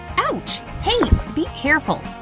ouch! hey be careful!